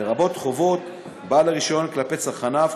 לרבות חובות בעל הרישיון כלפי צרכניו,